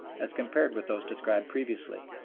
as compared with those described previously.